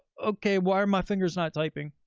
okay, why are my fingers not typing?